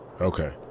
Okay